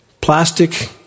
plastic